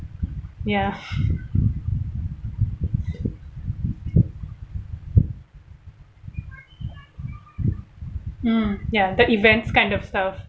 ya mm ya the events kind of stuff